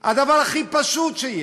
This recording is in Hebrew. הדבר הכי פשוט שיש.